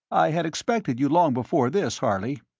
i had expected you long before this, harley.